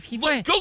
Go